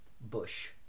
bush